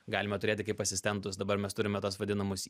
galime turėti kaip asistentus dabar mes turime tuos vadinamus